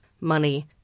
money